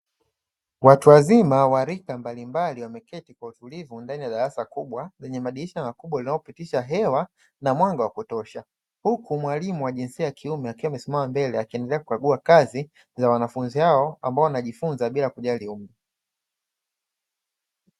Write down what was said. Watu wazima wa rika mbalimbali wameketi kwa utulivu ndani ya darasa kubwa lenye madirisha makubwa yanayopitisha hewa na mwanga wa kutosha, huku mwalimu wa jinsia ya kiume akiwa amesimama mbele akiendelea kukagua kazi za wanafunzi hao ambao wanajifunza bila kujali umri.